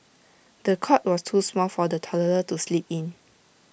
the cot was too small for the toddler to sleep in